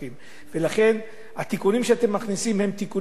לכן התיקונים שאתם מכניסים הם תיקונים מבורכים,